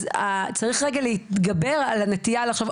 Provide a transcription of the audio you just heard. אז צריך רגע להתגבר על הנטייה לחשוב,